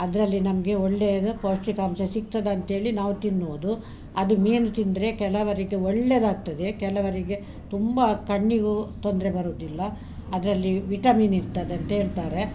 ಅದರಲ್ಲಿ ನಮಗೆ ಒಳ್ಳೇದು ಪೌಷ್ಟಿಕಾಂಶ ಸಿಗ್ತದಂತೇಳಿ ನಾವು ತಿನ್ನುವುದು ಅದು ಮೀನು ತಿಂದರೆ ಕೆಲವರಿಗೆ ಒಳ್ಳೆಯದಾಗ್ತದೆ ಕೆಲವರಿಗೆ ತುಂಬಾ ಕಣ್ಣಿಗೂ ತೊಂದರೆ ಬರುದಿಲ್ಲ ಅದರಲ್ಲಿ ವಿಟಮಿನ್ ಇರ್ತದಂತೇಳ್ತಾರೆ